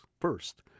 first